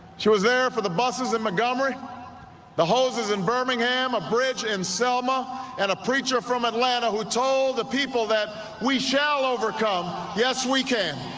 she was there for the buses in montgomery the hoses in birmingham a bridge in selma and a preacher from atlanta who told the people that we shall overcome yes we can